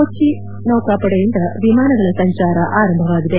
ಕೊಚ್ಚಿ ನೌಕಾಪಡೆಯಿಂದ ವಿಮಾನಗಳ ಸಂಚಾರ ಆರಂಭವಾಗಿದೆ